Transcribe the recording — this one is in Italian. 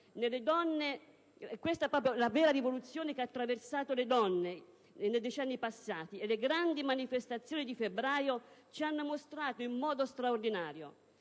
questa la vera rivoluzione che ha attraversato le donne nei decenni passati, e che le grandi manifestazioni di febbraio ci hanno mostrato in modo straordinario.